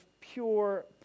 pure